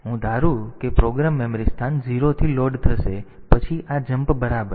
જો હું ધારું કે પ્રોગ્રામ મેમરી સ્થાન 0 થી લોડ થશે પછી આ જમ્પ બરાબર છે